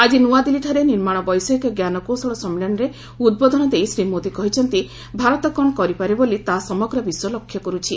ଆଜି ନୂଆଦିଲ୍ଲୀଠାରେ ନିର୍ମାଣ ବୈଷୟିକ ଜ୍ଞାନ କୌଶଳ ସମ୍ମିଳନୀରେ ଉଦ୍ବୋଧନ ଦେଇ ଶ୍ରୀ ମୋଦି କହିଛନ୍ତି' ଭାରତ କ'ଣ କରିପାରେ ବୋଲି ତାହା ସମଗ୍ର ବିଶ୍ୱ ଲକ୍ଷ୍ୟ କରୁଛି